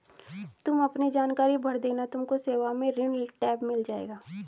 तुम अपने जानकारी भर देना तुमको सेवाओं में ऋण टैब मिल जाएगा